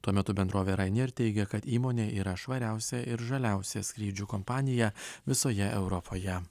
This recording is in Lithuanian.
tuo metu bendrovė rainier teigia kad įmonė yra švariausia ir žaliausia skrydžių kompanija visoje europoje